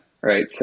right